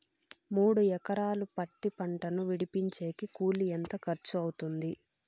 మూడు ఎకరాలు పత్తి పంటను విడిపించేకి కూలి ఎంత ఖర్చు అవుతుంది?